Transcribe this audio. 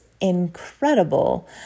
incredible